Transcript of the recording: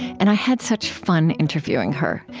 and i had such fun interviewing her.